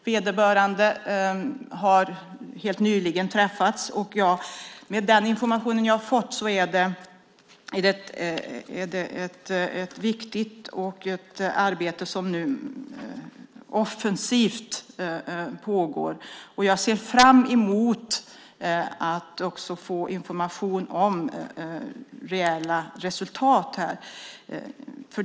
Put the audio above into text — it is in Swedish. Man har träffats helt nyligen. Det är ett viktigt och offensivt arbete som pågår. Jag ser fram emot att också få information om reella resultat här.